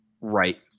Right